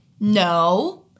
No